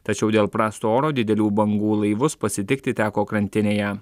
tačiau dėl prasto oro didelių bangų laivus pasitikti teko krantinėje